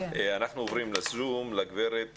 אנחנו עוברים לזום, לגברת